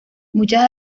muchas